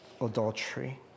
adultery